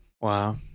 Wow